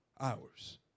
hours